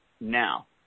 now